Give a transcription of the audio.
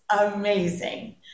amazing